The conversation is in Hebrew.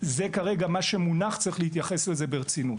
זה כרגע מה שמונח, צריך להתייחס לזה ברצינות.